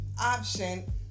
option